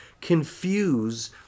confuse